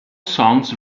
songs